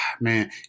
man